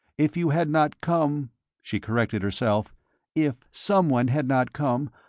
if you had not come she corrected herself if someone had not come,